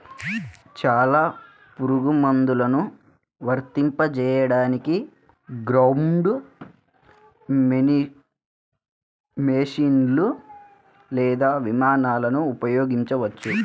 చాలా పురుగుమందులను వర్తింపజేయడానికి గ్రౌండ్ మెషీన్లు లేదా విమానాలను ఉపయోగించవచ్చు